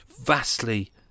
vastly